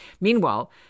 Meanwhile